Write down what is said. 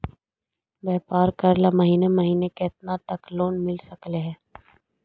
व्यापार करेल महिने महिने केतना तक लोन मिल सकले हे?